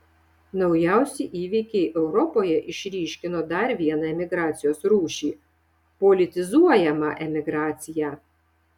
naujausi įvykiai europoje išryškino dar vieną emigracijos rūšį politizuojamą emigraciją